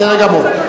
בסדר גמור.